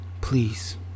Please